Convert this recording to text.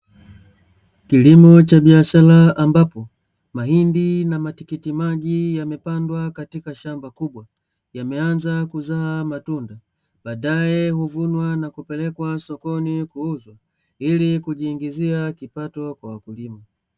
Kilimo cha biashara ambapo mahindi na matikiti maji yamepandwa katika shamba kubwa, yameanza kuzaa matunda baadaye huvunwa na kupelekwa sokoni kurudi ili kujiingizia kipato kwa wakulima.